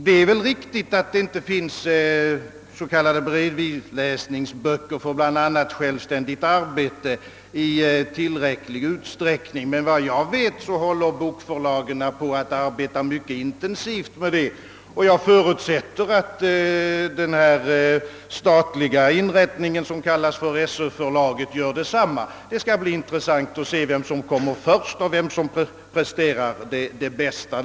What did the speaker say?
Det är väl riktigt, att det inte finns s.k. bredvidläsningsböcker för självständigt arbete i tillräcklig utsträckning, men såvitt jag vet, håller bokförlagen på att mycket intensivt arbeta med det. Jag förutsätter också, att den statliga inrättning, som kallas för Söförlaget, gör detsamma. Det skall bli intressant att se, vem som kommer först och vem som kommer att prestera det bästa.